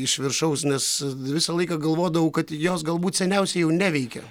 iš viršaus nes visą laiką galvodavau kad jos galbūt seniausiai jau neveikia